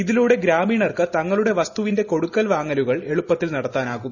ഇതിലൂടെ ഗ്രാമീണർക്ക് തങ്ങളുടെ വസ്തുവിൻറെ കൊടുക്കൽ വാങ്ങലുകൾ എളുപ്പത്തിൽ നടത്താനാകും